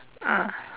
ah